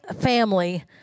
family